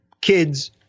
kids